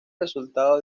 resultado